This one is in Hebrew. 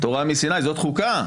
תורה מסיני זאת חוקה.